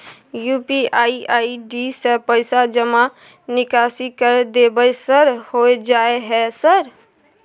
UPI ID से पैसा जमा निकासी कर देबै सर होय जाय है सर?